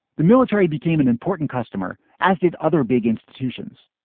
the military became an important customer, as did other big institutions